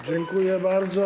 Dziękuję bardzo.